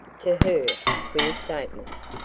to her, queer statements.